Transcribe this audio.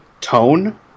tone